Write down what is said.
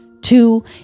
Two